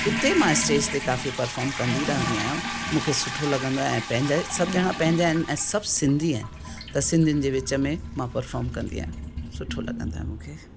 उते मां स्टेज ते काफ़ी पर्फोम कंदी रहंदी आहियां मूंखे सुठो लॻंदो आहे ऐं पंहिंजा सभु ॼणा पंहिंजा आहिनि ऐं सभु सिंधी आहिनि त सिंधियुनि जे विच में मां पर्फोम कंदी आहियां सुठो लॻंदो आहे मूंखे